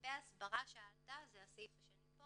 לגבי ההסברה שאלת, זה הסעיף השני.